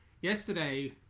Yesterday